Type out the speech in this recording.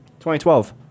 2012